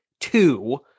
two